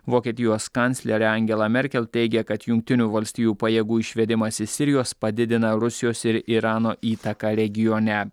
vokietijos kanclerė angela merkel teigia kad jungtinių valstijų pajėgų išvedimas iš sirijos padidina rusijos ir irano įtaką regione